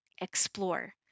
explore